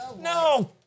No